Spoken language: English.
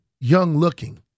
young-looking